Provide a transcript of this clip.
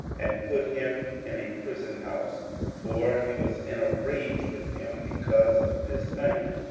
and put him in a prison house for he was in a rage with him because of this thing.